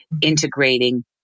integrating